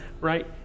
right